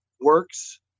works